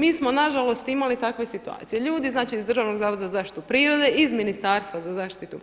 Mi smo nažalost imali takve situacije, ljudi iz Državnog zavoda za zaštitu prirode iz Ministarstva za zaštitu